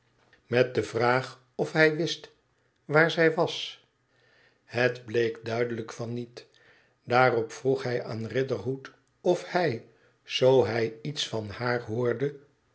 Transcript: met de vraa of hij wist waar zij was het bleek duidelijk van niet daarop vroeg hij aan riderhood ofhij zoo hij iets van haar hoorde